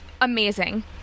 amazing